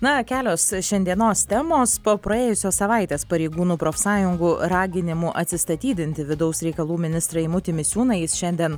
na kelios šiandienos temos po praėjusios savaitės pareigūnų profsąjungų raginimų atsistatydinti vidaus reikalų ministrą eimutį misiūną jis šiandien